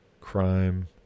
crime